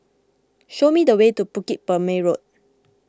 show me the way to Bukit Purmei Road